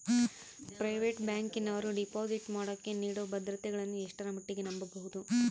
Private ಬ್ಯಾಂಕಿನವರು deposit ಮಾಡೋಕೆ ನೇಡೋ ಭದ್ರತೆಗಳನ್ನು ಎಷ್ಟರ ಮಟ್ಟಿಗೆ ನಂಬಬಹುದು?